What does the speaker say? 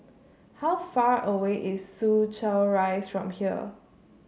how far away is Soo Chow Rise from here